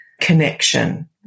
connection